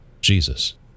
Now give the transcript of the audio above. Jesus